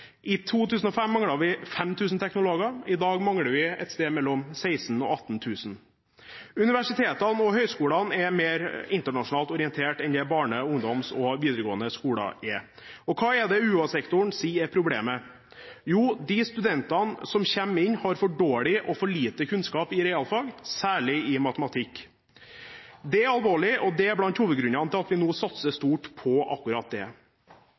I 2005 manglet vi 5 000 teknologer, i dag mangler vi et sted mellom 16 000 og 18 000. Universitetene og høyskolene er mer internasjonalt orientert enn det barne- og ungdomsskoler og videregående skoler er. Og hva er det UH-sektoren sier er problemet? Jo, de studentene som kommer inn, har for dårlig og for lite kunnskap i realfag, særlig i matematikk. Det er alvorlig, og det er blant hovedgrunnene til at vi nå satser stort på akkurat det.